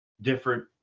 different